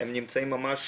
הם נמצאים ממש